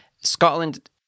Scotland